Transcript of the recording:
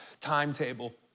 timetable